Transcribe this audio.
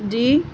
جی